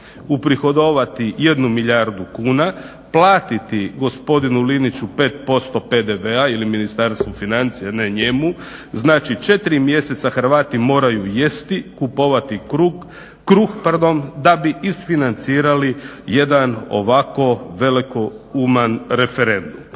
uprihodovati 1 milijardu kuna, platiti gospodinu Liniću 5% PDV-a ili Ministarstvu financija, ne njemu, znači 4 mjeseca Hrvati moraju jesti, kupovati kruh da bi isfinancirali jedan ovako velikouman referendum.